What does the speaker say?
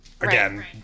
again